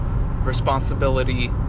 responsibility